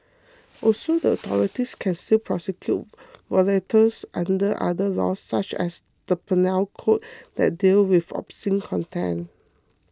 also the authorities can still prosecute violators under other laws such as the Penal Code that deal with obscene content